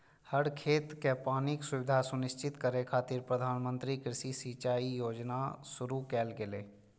हर खेत कें पानिक सुविधा सुनिश्चित करै खातिर प्रधानमंत्री कृषि सिंचाइ योजना शुरू कैल गेलै